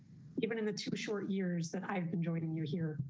even in the two short years that i've been joining you're here.